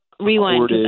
Rewind